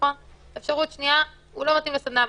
אפשרות שנייה שהוא לא מתאים לסדנה,